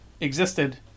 existed